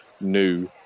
new